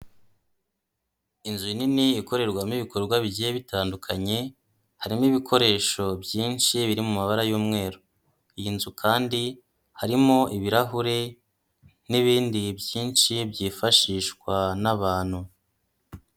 Inzu nini ikorerwamo ibikorwa bigiye bitandukanye, harimo ibikoresho byinshi biri mu mabara y'umweru. Iyi nzu kandi harimo ibirahure n'ibindi byinshi byifashishwa n'abantu.